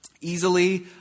easily